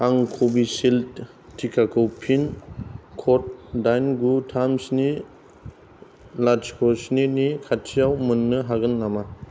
आं कभिसिल्ड टिकाखौ pin code दाइन गु थाम स्नि लाथिख' स्निनि खाथियाव मोननो हागोन नामा